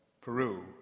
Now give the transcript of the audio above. Peru